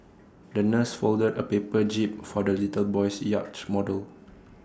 the nurse folded A paper jib for the little boy's yacht model